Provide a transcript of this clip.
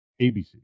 ABC